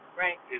right